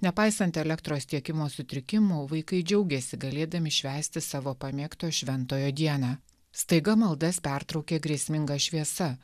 nepaisant elektros tiekimo sutrikimų vaikai džiaugėsi galėdami švęsti savo pamėgto šventojo dieną staiga maldas pertraukė grėsminga šviesa